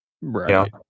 right